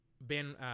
Ben